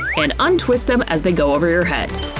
and untwist them as they go over your head!